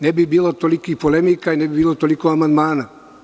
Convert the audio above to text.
Ne bi bilo tolikih polemika i ne bi bilo toliko amandmana.